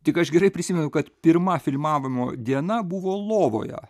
tik aš gerai prisimenu kad pirma filmavimo diena buvo lovoje